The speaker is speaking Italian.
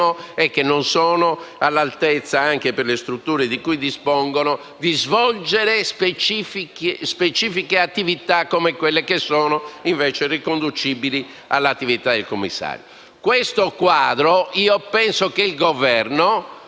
e che non sono all'altezza, anche per le strutture di cui dispongono, di svolgere specifiche attività come quelle che sono invece riconducibili all'attività di commissario. Penso che il Governo